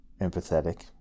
empathetic